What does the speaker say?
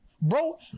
Bro